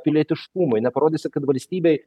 pilietiškumui neparodysi kad valstybei